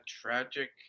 tragic